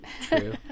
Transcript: true